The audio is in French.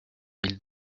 mille